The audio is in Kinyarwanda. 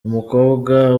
umukobwa